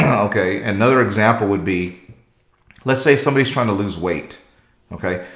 yeah okay. another example would be let's say somebody's trying to lose weight okay,